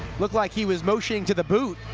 looked like he was motioning to the boot